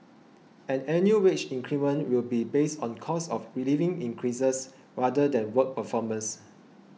and annual wage increments will be based on cost of living increases rather than work performance